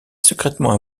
secrètement